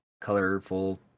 colorful